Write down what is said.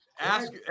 Ask